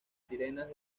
sirenas